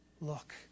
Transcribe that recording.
look